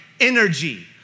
energy